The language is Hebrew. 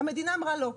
המדינה אמרה לא.